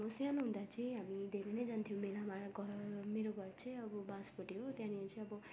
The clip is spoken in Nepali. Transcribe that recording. म सानो हुँदा चाहिँ हामी धेरै नै जान्थ्यौँ मेलामा घर मेरो घर चाहिँ अब बाँसबोटे हो त्यहाँनिर चाहिँ अब